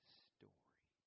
story